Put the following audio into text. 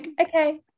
okay